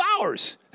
hours